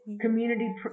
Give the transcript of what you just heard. community